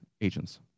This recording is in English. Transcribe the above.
agents